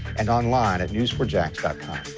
and on-line at news four jax com.